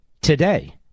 today